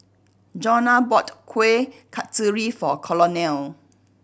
Jonna bought Kuih Kasturi for Colonel